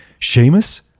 Seamus